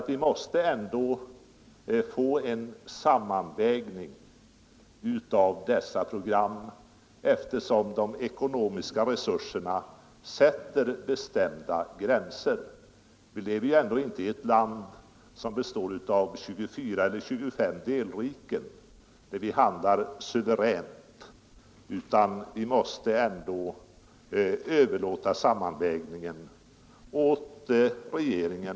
Vi måste få en sammanvägning av dessa program, eftersom de ekonomiska resurserna sätter bestämda gränser. Vi lever inte i ett land som består av 24 eller 25 delstater där vi handlar suveränt, utan vi måste överlåta sammanvägningen åt regeringen.